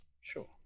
sure